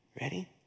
Ready